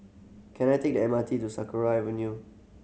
can I take the M R T to Sakra Avenue